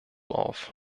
auf